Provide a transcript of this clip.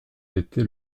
l’été